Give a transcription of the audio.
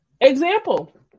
Example